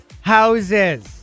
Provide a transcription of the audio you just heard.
houses